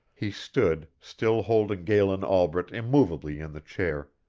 he stood, still holding galen albret immovably in the chair,